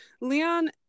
Leon